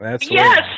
Yes